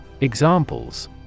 Examples